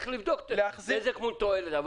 צריך לבדוק נזק מול תועלת.